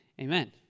Amen